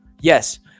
Yes